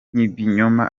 n’ibinyoma